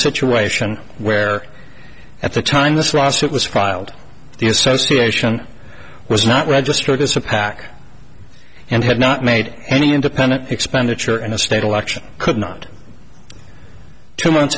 situation where at the time this lawsuit was filed the association was not registered as a pac and had not made any independent expenditure and the state election could not two months